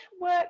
work